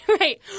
Right